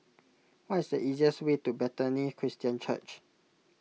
what is the easiest way to Bethany Christian Church